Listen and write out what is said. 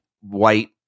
white